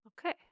Okay